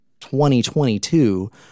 2022